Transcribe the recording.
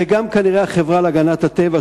וגם כנראה על החברה להגנת הטבע,